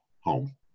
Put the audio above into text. home